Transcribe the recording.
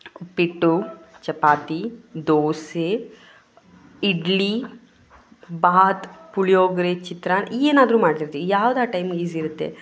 ಉಪ್ಪಿಟ್ಟು ಚಪಾತಿ ದೋಸೆ ಇಡ್ಲಿ ಭಾತು ಪುಳಿಯೋಗರೆ ಚಿತ್ರಾನ್ನ ಏನಾದರೂ ಮಾಡ್ತಿರ್ತೀವಿ ಯಾವ್ದು ಆ ಟೈಮಿಗೆ ಈಝಿ ಇರುತ್ತೆ